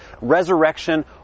resurrection